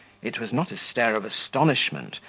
it was not a stare of astonishment,